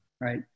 Right